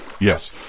Yes